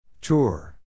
Tour